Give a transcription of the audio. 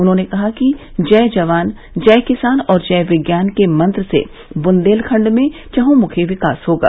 उन्होंने कहा कि जय जवान जय किसान और जय विज्ञान के मंत्र से बुंदेलखंड में चहुमुखी विकास होगा